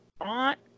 Aunt